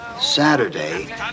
Saturday